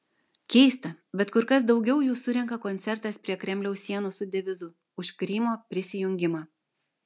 keista bet kur kas daugiau jų surenka koncertas prie kremliaus sienų su devizu už krymo prisijungimą